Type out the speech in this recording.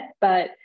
but-